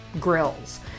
grills